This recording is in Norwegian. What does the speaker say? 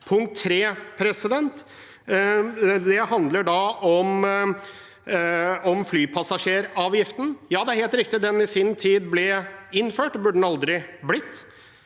Punkt tre handler om flypassasjeravgiften. Ja, det er helt riktig at den i sin tid ble innført – det burde den aldri blitt